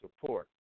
support